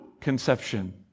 conception